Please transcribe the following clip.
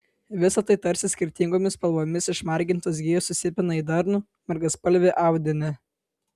visa tai tarsi skirtingomis spalvomis išmargintos gijos susipina į darnų margaspalvį audinį